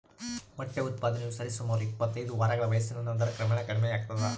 ಮೊಟ್ಟೆ ಉತ್ಪಾದನೆಯು ಸರಿಸುಮಾರು ಇಪ್ಪತ್ತೈದು ವಾರಗಳ ವಯಸ್ಸಿನ ನಂತರ ಕ್ರಮೇಣ ಕಡಿಮೆಯಾಗ್ತದ